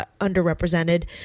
underrepresented